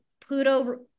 Pluto